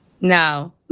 No